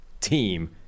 team